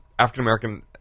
African-American